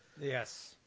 Yes